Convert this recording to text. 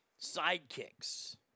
Sidekicks